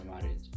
marriage